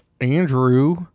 Andrew